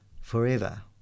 forever